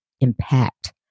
impact